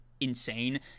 insane